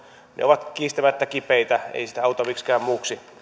ovat kiistämättä kipeitä ei sitä auta miksikään muuksi